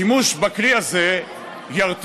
השימוש בכלי הזה ירתיע,